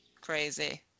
crazy